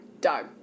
dog